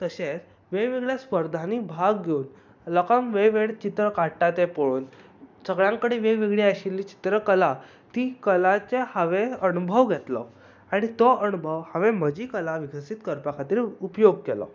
तशेंच वेग वेगळ्या स्पर्धांनी भाग घेवन लोकांक वेग वेगळीं चित्रां काडटा तें पळोवन सगळ्यां कडेन वेग वेगळी आशिल्ली चित्रकला पळोवन ती कलांचे हांवें अणभव घेतलो आनी तो अणभव हांवें म्हजी कला विकसीत करपा खातीर उपयोग केलो